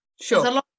sure